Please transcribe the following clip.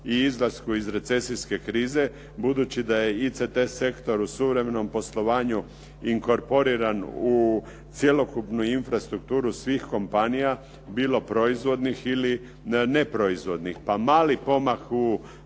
i izlasku iz recesijske krize, budući da je ICT sektor u suvremenom poslovanja inkorporiran u cjelokupnu infrastrukturu svih kompanija, bilo proizvodnih ili neproizvodnih. Pa mali pomak u